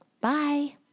Bye